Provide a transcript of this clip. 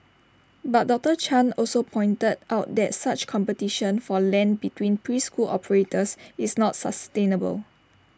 but doctor chung also pointed out that such competition for land between preschool operators is not sustainable